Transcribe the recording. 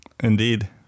indeed